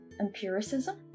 empiricism